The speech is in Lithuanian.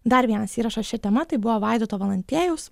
dar vienas įrašas šia tema tai buvo vaidoto valantiejaus